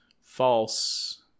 False